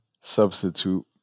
substitute